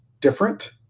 different